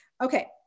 Okay